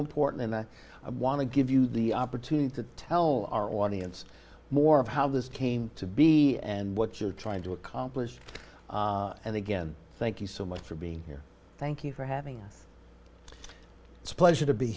important and i want to give you the opportunity to tell our audience more of how this came to be and what you're trying to accomplish and again thank you so much for being here thank you for having us it's a pleasure to be